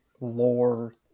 lore